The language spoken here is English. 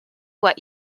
what